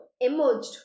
emerged